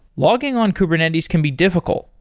logging on kubernetes can be difficult,